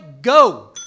go